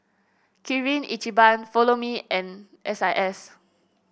Kirin Ichiban Follow Me and S I S